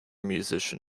musician